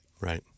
Right